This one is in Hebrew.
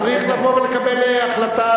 צריך לבוא ולקבל החלטה,